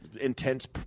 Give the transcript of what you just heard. Intense